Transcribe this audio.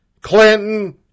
Clinton